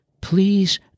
Please